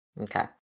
Okay